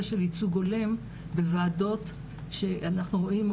של ייצוג הולם בוועדות שאנחנו רואים,